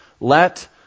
let